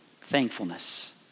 Thankfulness